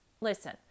listen